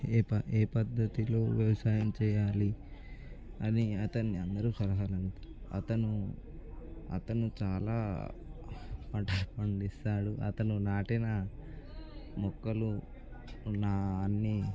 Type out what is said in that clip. ఏ ప ఏ పద్దతిలో వ్యవసాయం చేయాలి అని అతన్ని అందరు సలహాలు అడుగు అతను అతను చాలా పంటలు పండిస్తాడు అతను నాటిన మొక్కలు ఉన్నా అన్ని